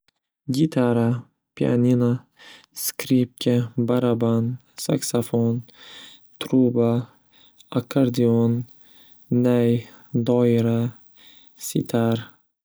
Gitara, Pianina, Skripka, Baraban, Saksafon, Truba, Akkardion, Nay, Doira, Sitar.